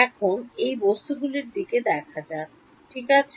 এখন এই বস্তুগুলির দিকে দেখা যাক ঠিক আছে